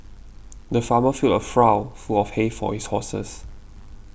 the farmer filled a trough full of hay for his horses